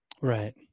Right